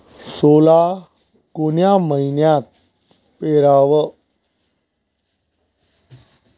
सोला कोन्या मइन्यात पेराव?